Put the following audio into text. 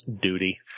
duty